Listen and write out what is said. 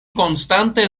konstante